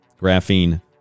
Graphene